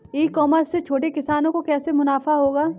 ई commerce से छोटे किसानों को कैसे मुनाफा होगा?